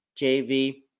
JV